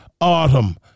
autumn